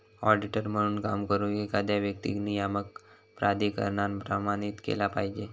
auditor म्हणून काम करुक, एखाद्या व्यक्तीक नियामक प्राधिकरणान प्रमाणित केला पाहिजे